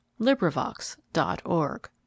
LibriVox.org